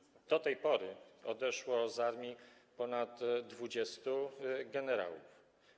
Do tej pory odeszło z armii ponad 20 generałów.